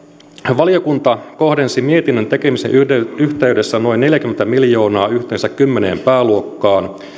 valiokunta kohdensi mietinnön tekemisen yhteydessä yhteydessä noin neljäkymmentä miljoonaa yhteensä kymmeneen pääluokkaan